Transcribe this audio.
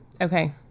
Okay